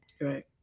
Right